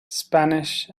spanish